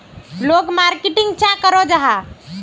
लोग मार्केटिंग चाँ करो जाहा?